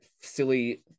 silly